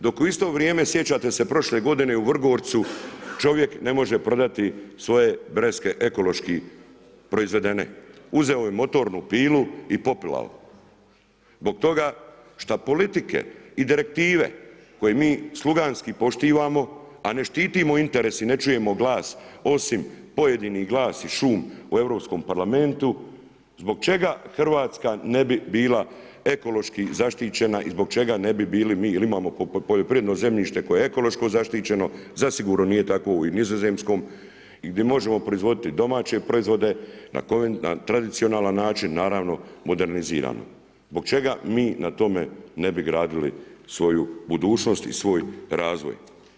Dok u isto vrijeme sjećate se prošle godine u Vrgorcu čovjek ne može prodati svoje breskve ekološki proizvedene, uzeo je motornu pilu i popilao zbog toga što politike i direktive koje mi sluganski poštivamo, a ne štitimo interes i ne čujemo glas osim pojedinih glas i šum u Europskom parlamentu, zbog čega Hrvatska ne bi bila ekološki zaštićena i zbog čega ne bi bili mi jer imamo poljoprivredno zemljište koje je ekološki zaštićeno, zasigurno nije tako u Nizozemskoj gdje možemo proizvoditi domaće proizvode na tradicionalan način naravno modernizirano, zbog čega mi ne bi na tome gradili svoju budućnost i svoj razvoj?